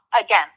again